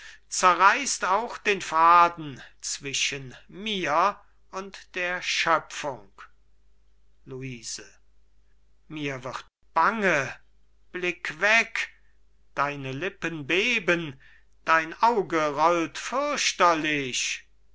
zerreißt auch den faden zwischen mir und der schöpfung luise mir wird bange blick weg deine lippen beben dein auge